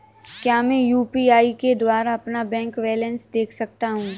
क्या मैं यू.पी.आई के द्वारा अपना बैंक बैलेंस देख सकता हूँ?